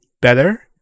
better